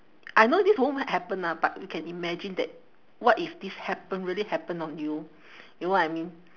I know this won't happen ah but we can imagine that what if this happen really happen on you you know what I mean